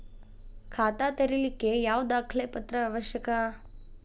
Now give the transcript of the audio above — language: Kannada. ಖಾತಾ ತೆರಿಲಿಕ್ಕೆ ಯಾವ ದಾಖಲೆ ಪತ್ರ ಅವಶ್ಯಕ?